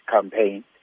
campaign